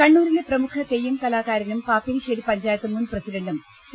കണ്ണൂരിലെ പ്രമുഖ തെയ്യം കലാകാരനും പാപ്പിനിശ്ശേരി പഞ്ചായ ത്ത് മുൻ പ്രസിഡന്റും സി